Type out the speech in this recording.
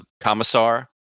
commissar